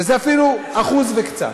שזה אפילו, 1% וקצת.